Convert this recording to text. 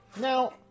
Now